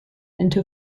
into